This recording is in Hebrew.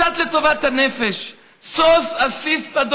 לטובת הנפש: "שוש אשיש בה',